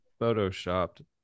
photoshopped